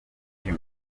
jim